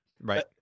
Right